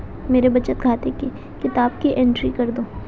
मेरे बचत खाते की किताब की एंट्री कर दो?